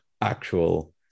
actual